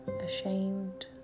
ashamed